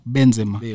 Benzema